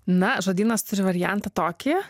na žodynas turi variantą tokį